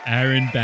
Aaron